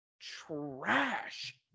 trash